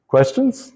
Questions